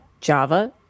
Java